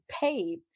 paid